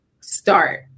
start